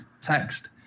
text